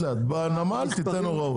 בנמל תיתן הוראות.